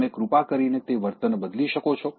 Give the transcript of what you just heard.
તમે કૃપા કરીને તે વર્તન બદલી શકો છો